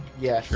yeah